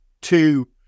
two